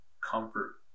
comfort